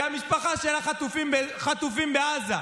שהמשפחה שלה חטופים בעזה,